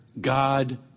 God